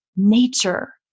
Nature